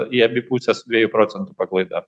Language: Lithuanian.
į abi puses dviejų procentų paklaida